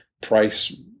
price